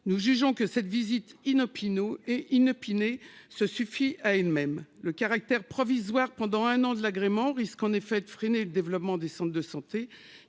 Nous jugeons que cette visite inopinée et inopinés se suffit à elle-même le caractère provisoire pendant un an de l'agrément risque en effet de freiner le développement des centres de santé